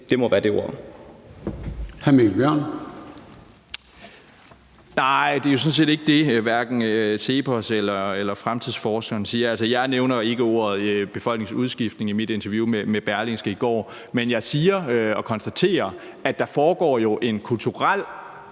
det må være de ord.